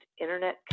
internet